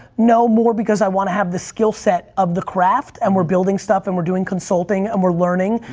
no more because i want to have the skill set of the craft and we're building stuff and we're doing consulting and we're learning,